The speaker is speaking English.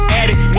addict